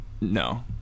No